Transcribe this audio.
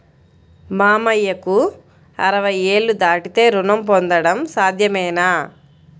మామయ్యకు అరవై ఏళ్లు దాటితే రుణం పొందడం సాధ్యమేనా?